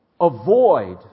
Avoid